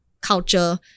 culture